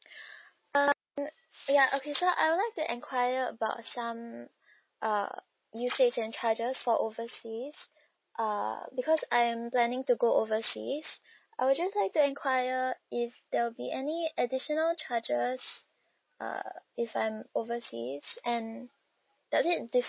um ya okay so I would like to enquire about some uh usage and charges for overseas uh because I'm planning to go overseas I'll just like to enquire if there will be any additional charges err if I'm overseas and does it